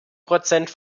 prozent